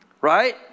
Right